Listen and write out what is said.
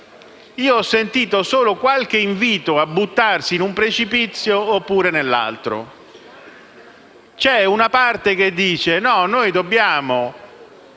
ho sentito solo qualche invito a buttarsi in un precipizio oppure nell'altro. C'è una parte che dice che dobbiamo